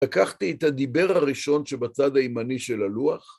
לקחתי את הדיבר הראשון שבצד הימני של הלוח.